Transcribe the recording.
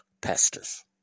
pastors